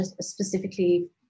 specifically